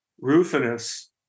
Rufinus